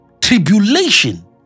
tribulation